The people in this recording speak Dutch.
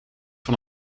van